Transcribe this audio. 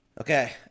Okay